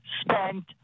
spent